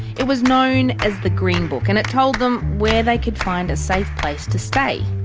it was known as the green book and it told them where they could find a safe place to stay.